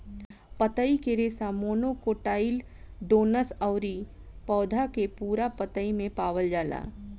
पतई के रेशा मोनोकोटाइलडोनस अउरी पौधा के पूरा पतई में पावल जाला